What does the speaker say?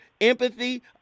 empathy